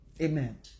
Amen